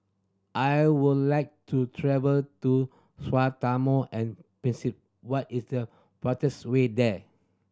I would like to travel to and Principe what is the fastest way there